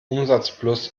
umsatzplus